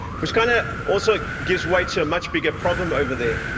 which kind of also gives way to a much bigger problem over there.